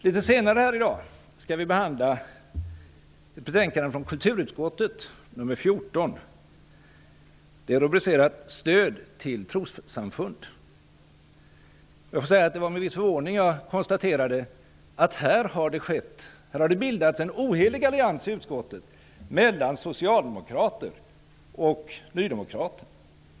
Litet senare i dag skall vi behandla kulturutskottets betänkande nr 14, Stöd till trossamfund m.m. Jag måste säga att det var med en viss förvåning som jag konstaterade att det har bildats en ohelig allians i utskottet mellan socialdemokrater och nydemokrater.